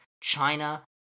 China